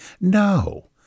no